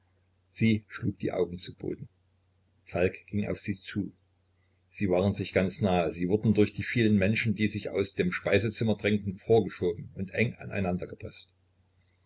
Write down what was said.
sie schlug die augen zu boden falk ging auf sie zu sie waren sich ganz nahe sie wurden durch die vielen menschen die sich aus dem speisezimmer drängten vorgeschoben und eng an